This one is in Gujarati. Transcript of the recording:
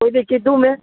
કોઈ દી કીધું મેં